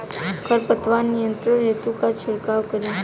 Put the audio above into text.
खर पतवार नियंत्रण हेतु का छिड़काव करी?